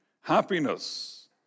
happiness